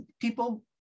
people